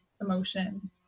emotion